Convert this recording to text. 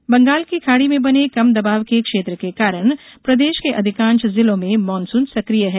मौसम बंगाल की खाड़ी में बने कम दबाव के क्षेत्र के कारण प्रदेश के अधिकांश जिलों में मानसून सक्रिय है